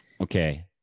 Okay